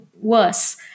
worse